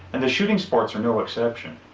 and the shooting sports are no exception.